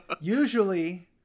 Usually